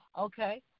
Okay